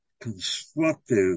constructive